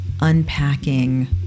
unpacking